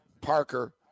Parker